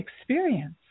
experience